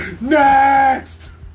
Next